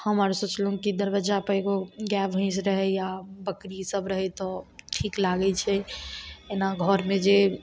हम आर सोचलहुँ कि दरबज्जापर एगो गाइ भैँस रहै या बकरीसब रहै तऽ ठीक लागै छै एना घरमे जे